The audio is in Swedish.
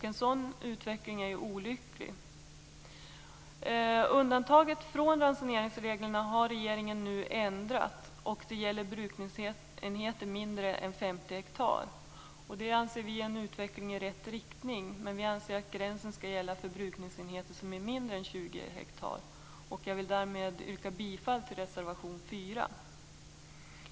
En sådan utveckling är ju olycklig. Undantaget från ransoneringsreglerna har regeringen nu ändrat. Det gäller brukningsenheter mindre än 50 hektar. Det anser vi är en utveckling i rätt riktning, men vi anser att gränsen bör gälla för brukningsenheter som är mindre än 20 hektar. Jag vill därmed yrka bifall till reservation 4.